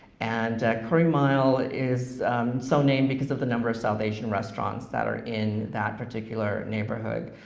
and curry mile is so-named because of the number of south asian restaurants that are in that particular neighborhood.